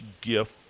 gift